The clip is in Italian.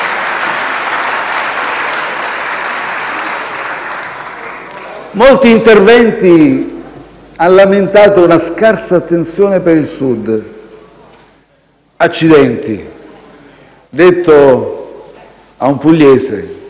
Molti interventi hanno lamentato una scarsa attenzione per il Sud. Accidenti, detto a un pugliese